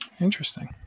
Interesting